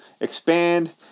expand